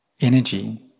energy